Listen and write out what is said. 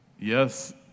Yes